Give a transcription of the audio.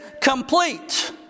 complete